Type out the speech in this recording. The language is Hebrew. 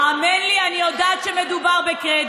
האמן לי, אני יודעת שמדובר בקרדיט,